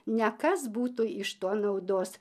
ne kas būtų iš to naudos